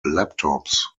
laptops